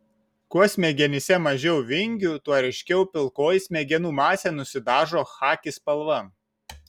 kuo smegenyse mažiau vingių tuo ryškiau pilkoji smegenų masė nusidažo chaki spalva